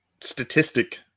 statistic